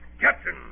Captain